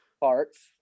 parts